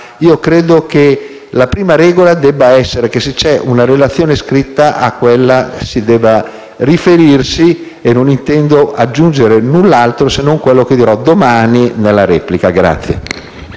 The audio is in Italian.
credo che la prima regola debba essere che se c'è una relazione scritta a quella ci si debba riferire. Non intendo quindi aggiungere null'altro se non quello che dirò domani in sede di replica.